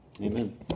Amen